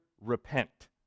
repent